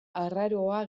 arraroa